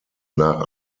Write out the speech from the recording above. nach